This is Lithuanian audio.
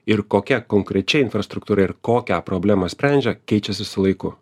ir kokia konkrečiai infrastruktūra ir kokią problemą sprendžia keičiasi su laiku